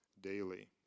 daily